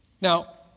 Now